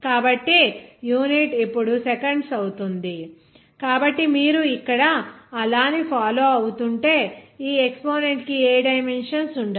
కాబట్టి యూనిట్ ఇప్పుడు సెకండ్స్ అవుతుంది కాబట్టి మీరు ఇక్కడ ఆ లా ని ఫాలో అవుతుంటే ఈ ఎక్సపోనెంట్ కి ఏ డైమెన్షన్స్ ఉండవు